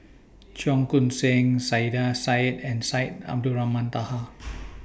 Cheong Koon Seng Saiedah Said and Syed Abdulrahman Taha